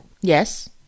Yes